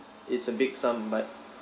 it's a big sum but